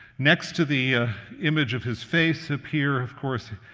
next to the image of his face appear, of course,